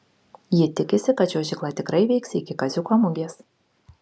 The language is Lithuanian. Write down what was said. ji tikisi kad čiuožykla tikrai veiks iki kaziuko mugės